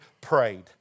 prayed